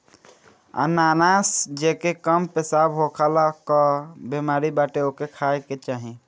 अनानास जेके कम पेशाब होखला कअ बेमारी बाटे ओके खाए के चाही